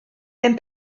ddim